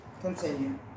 Continue